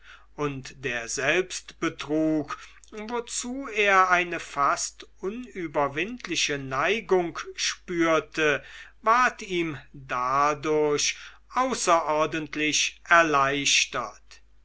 und der selbstbetrug wozu er eine fast unüberwindliche neigung spürte ward ihm dadurch außerordentlich erleichtert